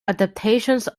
adaptations